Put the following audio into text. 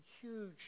Huge